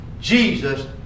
Jesus